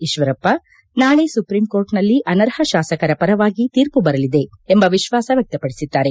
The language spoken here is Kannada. ಈಶ್ವರಪ್ಪ ನಾಳೆ ಸುಪ್ರೀಂಕೋರ್ಟ್ನಲ್ಲಿ ಅನರ್ಹ ಶಾಸಕರ ಪರವಾಗಿ ತೀರ್ಪು ಬರಲಿದೆ ಎಂಬ ವಿಶ್ವಾಸ ವ್ಯಕ್ತಪಡಿಸಿದ್ದಾರೆ